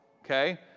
okay